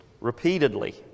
repeatedly